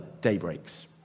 daybreaks